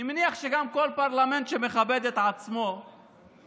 אני מניח שגם כל פרלמנט שמכבד את עצמו עשה